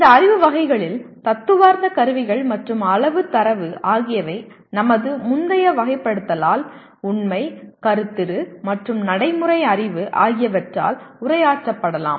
இந்த அறிவு வகைகளில் தத்துவார்த்த கருவிகள் மற்றும் அளவு தரவு ஆகியவை நமது முந்தைய வகைப்படுத்தலால் உண்மை கருத்துரு மற்றும் நடைமுறை அறிவு ஆகியவற்றால் உரையாற்றப்படலாம்